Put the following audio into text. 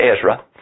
Ezra